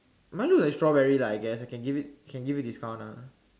mine look like strawberry lah I guess I can give you can give you discount ah